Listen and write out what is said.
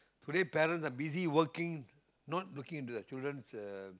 today parents are busy working not looking at the children's uh